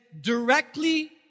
directly